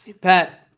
Pat